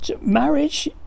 Marriage